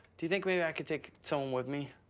do you think maybe i could take someone with me?